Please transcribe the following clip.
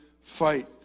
fight